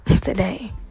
today